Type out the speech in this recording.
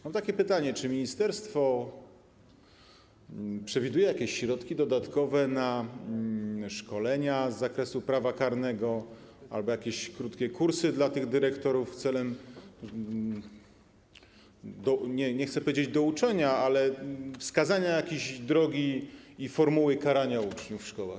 Mam takie pytanie: Czy ministerstwo przewiduje jakieś dodatkowe środki na szkolenia z zakresu prawa karnego albo jakieś krótkie kursy dla dyrektorów celem, nie chcę powiedzieć: douczenia, ale wskazania jakiejś drogi i formuły karania uczniów w szkołach?